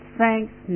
thanks